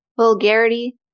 vulgarity